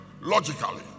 logically